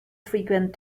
frequent